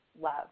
love